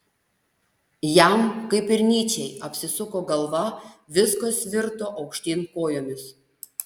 jam kaip ir nyčei apsisuko galva viskas virto aukštyn kojomis